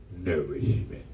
nourishment